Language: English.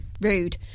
rude